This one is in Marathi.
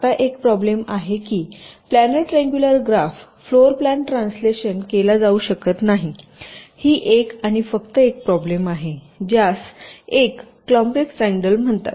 आता एक प्रॉब्लेम आहे की planar triangular graph floor plan translation केला जाऊ शकत नाही ही एक आणि फक्त एक प्रॉब्लेम आहे ज्यास यास एक कॉम्प्लेक्स ट्रँगल म्हणतात